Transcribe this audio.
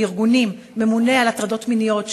בארגונים ממונה על הטרדות מיניות,